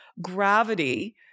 gravity